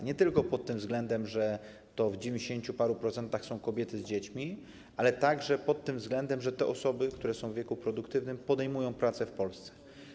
Nie tylko pod tym względem, że w dziewięćdziesięciu paru procentach to są kobiety z dziećmi, ale także pod tym względem, że osoby, które są w wieku produktywnym, podejmują pracę w Polsce.